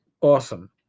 awesome